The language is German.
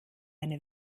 eine